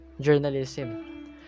journalism